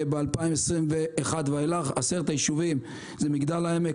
מ-2021 ואילך: מגדל העמק,